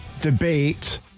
debate